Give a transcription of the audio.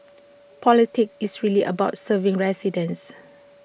politics is really about serving residents